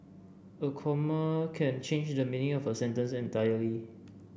a comma can change the meaning of a sentence entirely